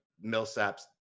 Millsap's